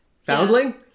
Foundling